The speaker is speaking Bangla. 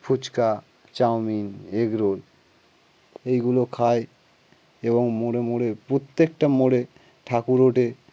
ফুচকা চাউমিন এগ রোল এইগুলো খায় এবং মোড়ে মোড়ে প্রত্যেকটা মোড়ে ঠাকুর ওঠে